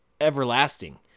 everlasting